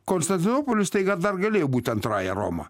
konstantinopolis staiga dar galėjo būti antrąja roma